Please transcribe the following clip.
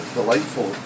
delightful